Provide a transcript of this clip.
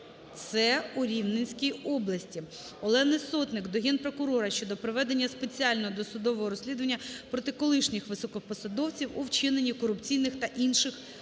С у Рівненській області. Олени Сотник до Генпрокурора щодо проведення спеціального досудового розслідування проти колишніх високопосадовців у вчиненні корупційних та інших злочинів.